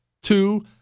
Two